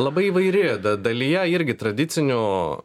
labai įvairi da dalyje irgi tradicinių